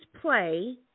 play